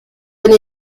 bin